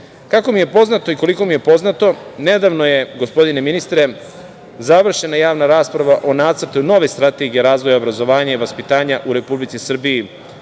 mi je poznato i koliko mi je poznato, nedavno je gospodine ministre, završena javna rasprava o nacrtu nove Strategije razvoja obrazovanja i vaspitanja u Republici Srbiji